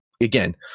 again